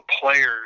players